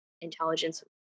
intelligence